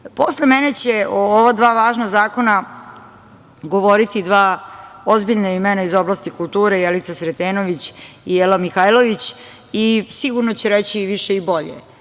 mene će o ova dva važna zakona govoriti dva ozbiljna imena u oblasti kulture, Jelica Sretenović i Jela Mihajlović. Sigurno će reći više i bolje.